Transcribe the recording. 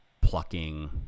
plucking